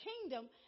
kingdom